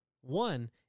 One